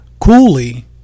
Coolly